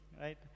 right